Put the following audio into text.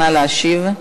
נא להשיב.